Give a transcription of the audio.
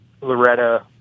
Loretta